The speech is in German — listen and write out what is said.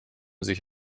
sich